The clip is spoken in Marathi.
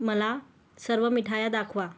मला सर्व मिठाया दाखवा